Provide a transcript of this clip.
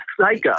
psycho